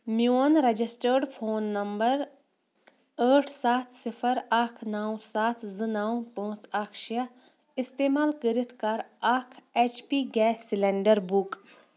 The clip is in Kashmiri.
میٛون رجسڑٲرڈ فون نمبر ٲٹھ سَتھ صِفر اکھ نو سَتھ زٕ نو پانٛژھ اکھ شیٚے اِستعمال کٔرِتھ کَر اکھ H P gas cylinder book